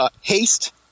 haste